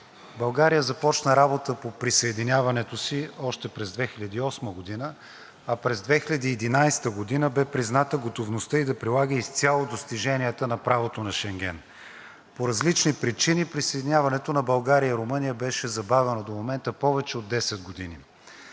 България започна работа по присъединяването си още през 2008 г., а през 2011 г. бе призната готовността ѝ да прилага изцяло достиженията на правото на Шенген. По различни причини присъединяването на България и Румъния беше забавено до момента повече от 10 години.